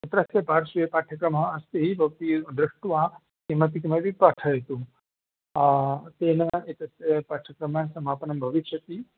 मित्रस्य पार्श्वे पाठ्यक्रमः अस्ति भवती दृष्ट्वा किमपि किमपि पाठयतु तेन एतस्य पाठक्रमः समापनं भविष्यति